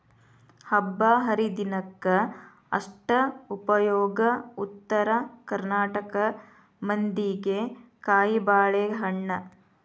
ಹಬ್ಬಾಹರಿದಿನಕ್ಕ ಅಷ್ಟ ಉಪಯೋಗ ಉತ್ತರ ಕರ್ನಾಟಕ ಮಂದಿಗೆ ಕಾಯಿಬಾಳೇಹಣ್ಣ